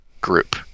group